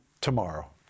tomorrow